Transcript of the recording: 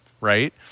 Right